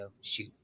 Shoot